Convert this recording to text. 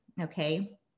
okay